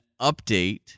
update